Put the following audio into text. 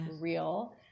real